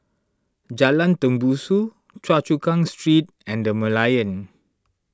Jalan Tembusu Choa Chu Kang Street and the Merlion